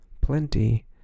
plenty